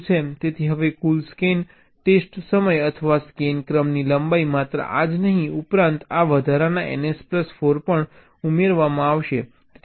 તેથી હવે કુલ સ્કેન ટેસ્ટ સમય અથવા સ્કેન ક્રમની લંબાઈ માત્ર આ જ નહીં ઉપરાંત આ વધારાના ns પ્લસ 4 પણ ઉમેરવામાં આવશે